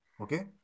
Okay